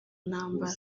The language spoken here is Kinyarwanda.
ntambara